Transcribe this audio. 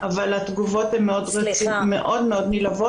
אבל התגובות הן באמת מאוד מאוד נלהבות.